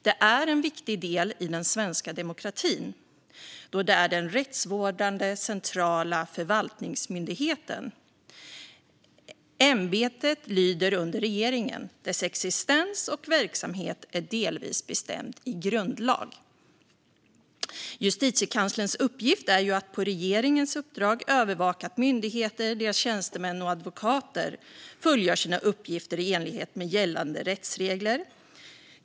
Det är en viktig del i den svenska demokratin då det är den rättsvårdande, centrala förvaltningsmyndigheten. Ämbetet lyder under regeringen, och dess existens och verksamhet är delvis bestämd i grundlag. Justitiekanslerns uppgift är att på regeringens uppdrag övervaka att myndigheter, deras tjänstemän och advokater, fullgör sina uppgifter i enlighet med gällande rättsregler.